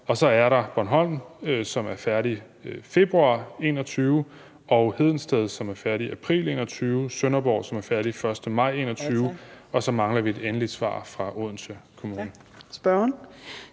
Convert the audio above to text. Og så er der Bornholm, som er færdig februar 2021, og Hedensted, som er færdig april 2021, og Sønderborg, som er færdig 1. maj 2021. Og så mangler vi et endeligt svar fra Odense Kommune.